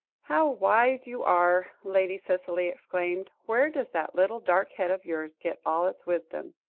how wise you are, lady cicely exclaimed where does that little dark head of yours get all its wisdom?